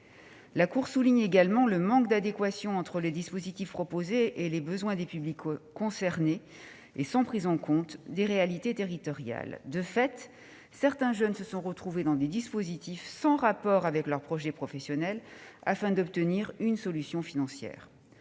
comptes souligne également le manque d'adéquation entre les dispositifs proposés et les besoins des publics concernés, et ce sans prise en compte des réalités territoriales. Ainsi, certains jeunes se sont retrouvés dans des dispositifs sans rapport avec leur projet professionnel, afin d'obtenir une solution financière.